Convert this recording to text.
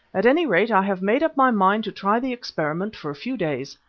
at any rate i have made up my mind to try the experiment for a few days,